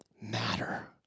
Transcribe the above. matter